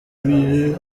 eduige